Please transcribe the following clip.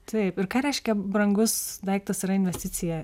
taip ir ką reiškia brangus daiktas yra investicija